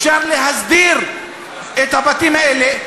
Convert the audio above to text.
אפשר להסדיר את הבתים האלה.